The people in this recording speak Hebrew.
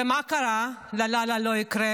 ומה קרה, "לה לה לה, לא יקרה"?